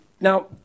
Now